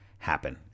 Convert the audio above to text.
happen